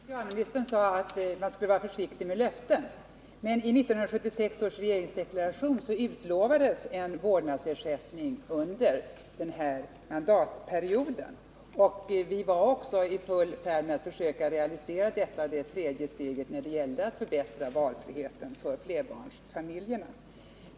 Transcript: Herr talman! Socialministern sade att man skall vara försiktig med löften. Men i 1976 års regeringsdeklaration utlovades en vårdnadsersättning under den här mandatperioden. Vi var också i full färd med att försöka realisera detta tredje steg när det gäller att förbättra valfriheten för barnfamiljerna.